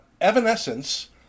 Evanescence